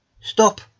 Stop